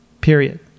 Period